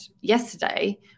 yesterday